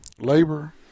labor